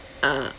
ah